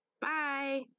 Bye